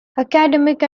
academic